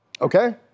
Okay